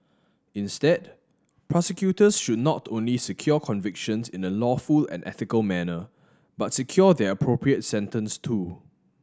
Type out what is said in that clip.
instead prosecutors should not only secure convictions in a lawful and ethical manner but secure the appropriate sentence too